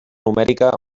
numèrica